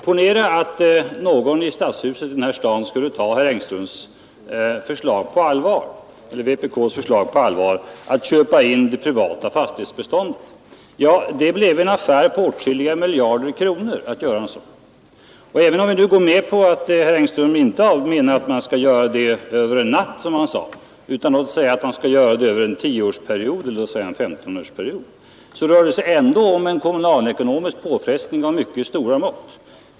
Ponera att någon i Stockholms stadshus skulle ta på allvar vpk:s förslag att kommunen skall köpa in det privata fastighetsbeståndet. Det skulle då bli tal om en affär på åtskilliga miljarder kronor. Även om herr Engström inte menar att man skulle göra det över en natt, som han sade, utan över en tioeller femtonårsperiod, rör det sig ändå om en kommunalekonomisk påfrestning av stora mått.